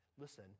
Listen